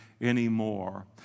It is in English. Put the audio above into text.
anymore